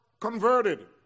converted